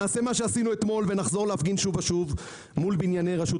נעשה מה שעשינו אתמול ונחזור להפגין שוב ושוב מול בנייני רשות